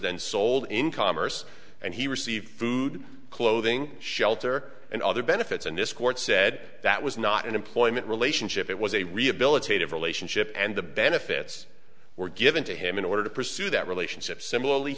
then sold in commerce and he received food clothing shelter and other benefits and this court said that was not an employment relationship it was a rehabilitative relationship and the benefits were given to him in order to pursue that relationship similarly